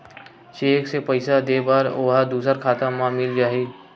Cheque से पईसा दे बर ओहा दुसर खाता म मिल जाही?